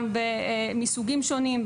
גם מסוגים שונים ,